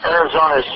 Arizona